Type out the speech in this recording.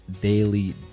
daily